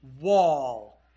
wall